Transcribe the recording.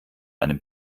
einem